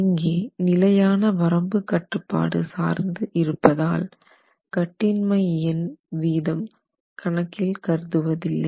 இங்கே நிலையான வரம்பு கட்டுப்பாடு சார்ந்து இருப்பதால் கட்டின்மை எண் வீதம் கணக்கில் கருதுவதில்லை